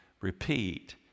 repeat